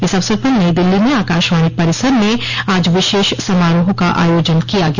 इस अवसर पर नई दिल्ली में आकाशवाणी परिसर में आज विशेष समारोह का आयोजन किया गया